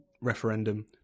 referendum